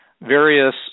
various